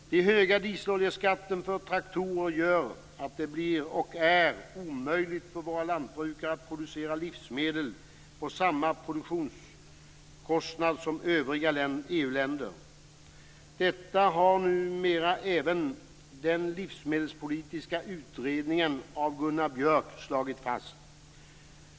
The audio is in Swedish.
Den höga dieseloljeskatten för traktorer gör att det blir och är omöjligt för våra lantbrukare att producera livsmedel till samma produktionskostnad som övriga EU-länder. Detta har numera även den livsmedelspolitiska utredningen av Gunnar Björk slagit fast.